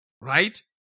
right